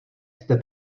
jste